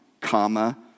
comma